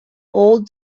old